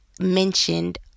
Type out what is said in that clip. mentioned